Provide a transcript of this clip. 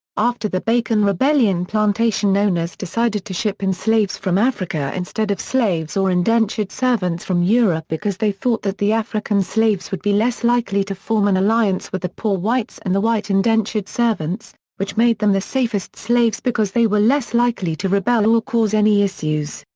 after the bacon rebellion plantation owners decided to ship in slaves from africa instead of slaves or indentured servants from europe because they thought that the african slaves would be less likely to form an alliance with the poor whites and the white indentured servants, which made them the safest slaves because they were less likely to rebel or cause any issues.